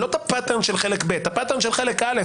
לא את דפוס הפעולה של חלק ב', אלא של חלק א'.